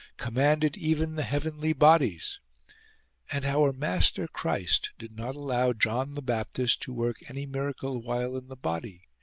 commanded even the heavenly bodies and our master christ did not allow john the baptist to work any miracle while in the body,